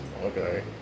okay